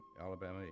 Alabama